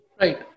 Right